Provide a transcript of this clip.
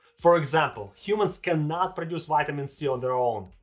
for example, humans cannot produce vitamin c on their own,